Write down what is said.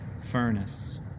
furnace